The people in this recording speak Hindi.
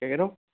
क्या कह रहे हो